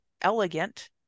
elegant